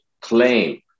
claim